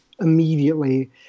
immediately